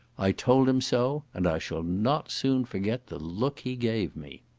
i told him so, and i shall not soon forget the look he gave me.